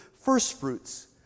firstfruits